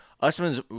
Usman's